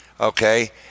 okay